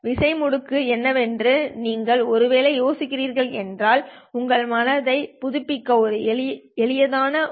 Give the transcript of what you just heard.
விசையை முடக்கு என்னவென்று நீங்கள் ஒருவேளை யோசிக்கிறீர்கள் என்றால் உங்கள் மனதைப் புதுப்பிக்க இது எளிதானது